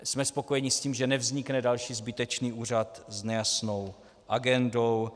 Jsme spokojeni s tím, že nevznikne další zbytečný úřad s nejasnou agendou.